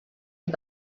and